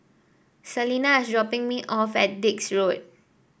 Salina is dropping me off at Dix Road